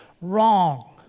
wrong